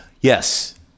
Yes